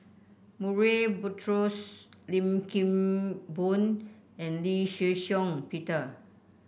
Murray Buttrose Lim Kim Boon and Lee Shih Shiong Peter